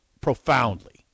profoundly